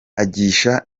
agisha